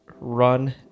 run